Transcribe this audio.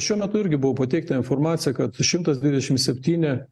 šiuo metu irgi buvo pateikta informacija kad šimtas dvidešim septyni